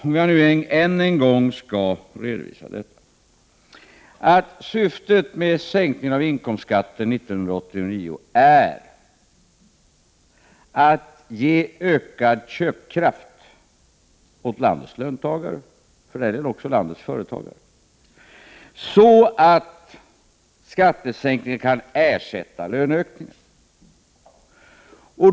Om jag än en gång skall redovisa denna fråga så är syftet med sänkningen av inkomstskatterna 1989 att ge ökad köpkraft åt landets löntagare, och för den delen också åt landets företagare, så att skattesänkningen kan ersätta löneökningen.